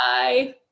Bye